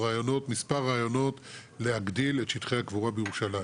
מספר רעיונות להגדיל את שטחי הקבורה בירושלים.